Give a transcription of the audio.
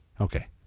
Okay